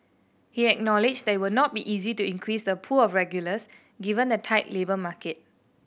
he acknowledged that it will not be easy to increase the pool of regulars given the tight labour market